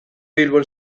bilbon